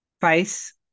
face